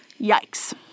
yikes